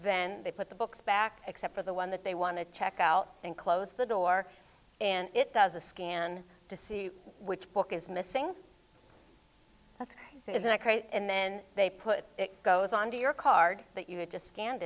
then they put the books back except for the one that they want to check out and close the door and it does a scan to see which book is missing let's say isn't it great and then they put it goes on to your card that you had just scanned